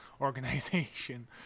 organization